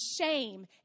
shame